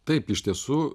taip iš tiesų